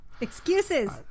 Excuses